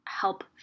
help